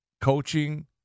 coaching